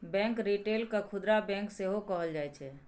bank retail केँ खुदरा bank सेहो कहल जाइ छै